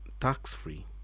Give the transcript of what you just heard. tax-free